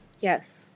Yes